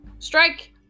Strike